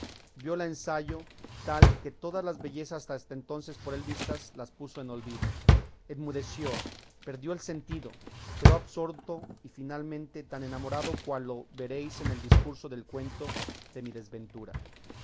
viola en sayo tal que todas las bellezas hasta entonces por él vistas las puso en olvido enmudeció perdió el sentido quedó absorto y finalmente tan enamorado cual lo veréis en el discurso del cuento de mi desventura